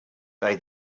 they